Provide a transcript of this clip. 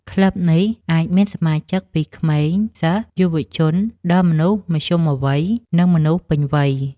ក្លឹបនេះអាចមានសមាជិកពីក្មេងសិស្ស យុវជន ដល់មនុស្សមធ្យមវ័យ និងមនុស្សពេញវ័យ